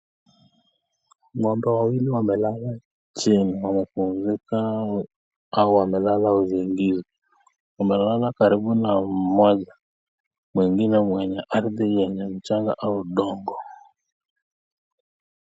Ng'ombe wawili wamelala chini wamepumzika au wamelala usingizi wamelala karibu na mmoja mwingine mwenye ardhi yenye mchanga au udongo.